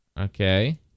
okay